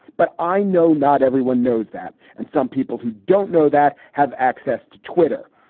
but i know not everyone knows that. and some people who don't know that have access to twitter.